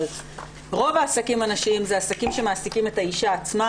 רוב העסקים הנשיים זה עסקים שמעסיקים את האישה עצמה,